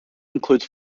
includes